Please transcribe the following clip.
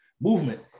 movement